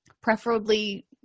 preferably